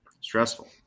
stressful